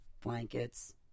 blankets